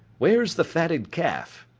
where's the fatted calf?